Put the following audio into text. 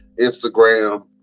Instagram